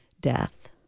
death